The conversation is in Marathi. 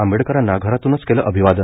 आंबेडकरांना घरातूनच केल अभिवादन